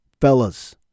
Fellas